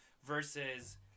Versus